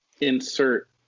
insert